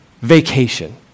vacation